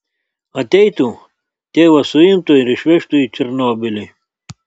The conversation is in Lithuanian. ateitų tėvas suimtų ir išvežtų į černobylį